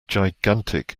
gigantic